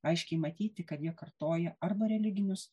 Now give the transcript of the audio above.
aiškiai matyti kad jie kartoja arba religinius